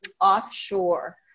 offshore